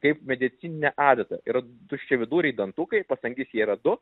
kaip medicininė adata yra tuščiaviduriai dantukai pas angis jie yra du